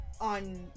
on